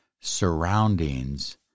surroundings